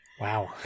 Wow